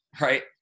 right